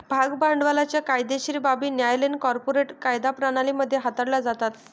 भाग भांडवलाच्या कायदेशीर बाबी न्यायालयीन कॉर्पोरेट कायदा प्रणाली मध्ये हाताळल्या जातात